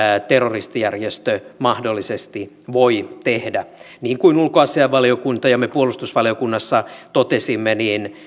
terroristijärjestö mahdollisesti voi tehdä niin kuin ulkoasiainvaliokunta ja me puolustusvaliokunnassa totesimme